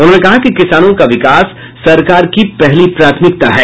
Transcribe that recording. उन्होंने कहा कि किसानों का विकास सरकार की पहली प्राथमिकता है